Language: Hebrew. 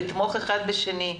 לתמוך אחד בשני,